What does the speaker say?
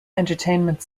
entertainment